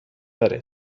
داره